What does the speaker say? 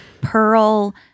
pearl